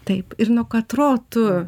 taip ir nuo katro tu